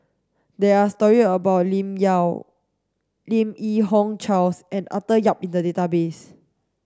there are story about Lim Yau Lim Yi Yong Charles and Arthur Yap in the database